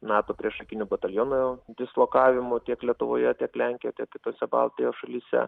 nato priešakinio bataliono dislokavimu tiek lietuvoje tiek lenkijoje tiek kitose baltijos šalyse